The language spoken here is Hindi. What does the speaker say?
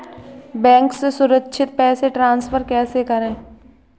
बैंक से सुरक्षित पैसे ट्रांसफर कैसे करें?